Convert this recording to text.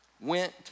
went